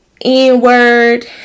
N-word